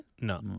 No